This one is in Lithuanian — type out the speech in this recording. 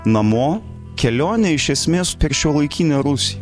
namo kelionę iš esmės per šiuolaikinę rusiją